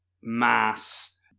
mass